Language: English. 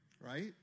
Right